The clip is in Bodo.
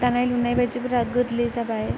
दानाय लुनाय बायदिफोरा गोरलै जाबाय